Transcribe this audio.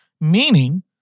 meaning